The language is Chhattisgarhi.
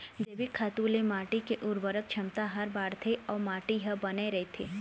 जइविक खातू ले माटी के उरवरक छमता ह बाड़थे अउ माटी ह बने रहिथे